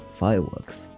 fireworks